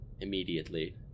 immediately